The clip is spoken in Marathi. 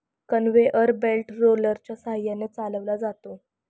कन्व्हेयर बेल्ट रोलरच्या सहाय्याने चालवला जातो